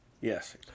Yes